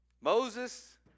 Moses